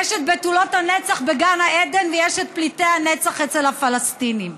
יש את בתולות הנצח בגן העדן ויש את פליטי הנצח אצל הפלסטינים.